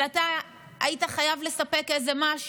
אבל אתה היית חייב לספק משהו.